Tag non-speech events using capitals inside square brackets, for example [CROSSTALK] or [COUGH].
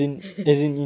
[LAUGHS]